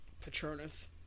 patronus